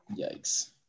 yikes